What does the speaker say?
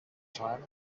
time